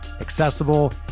accessible